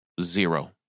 zero